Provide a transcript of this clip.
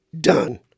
done